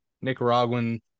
nicaraguan